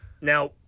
now